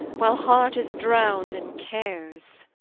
while heart is drown'd in cares